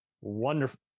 wonderful